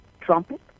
trumpet